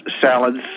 salads